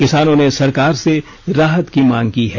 किसानों ने सरकार से राहत की मांग की है